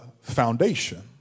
foundation